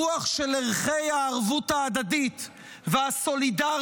הרוח של ערכי הערבות ההדדית והסולידריות,